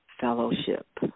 fellowship